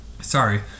sorry